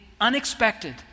unexpected